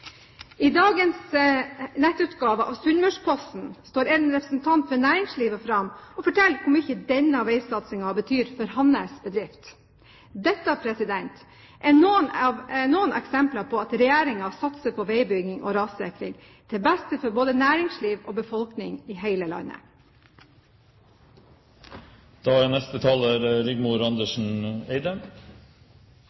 I dagens nettutgave av Sunnmørsposten står en representant for næringslivet fram og forteller hvor mye denne veisatsingen betyr for hans bedrift. Dette er noen eksempler på at regjeringen satser på veibygging og rassikring – til beste for både næringsliv og befolkning i hele